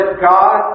God